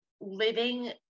living